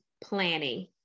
planning